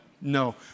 No